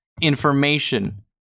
information